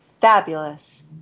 fabulous